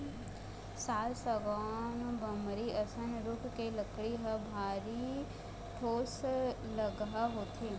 साल, सागौन, बमरी असन रूख के लकड़ी ह भारी ठोसलगहा होथे